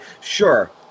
Sure